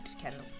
Kendall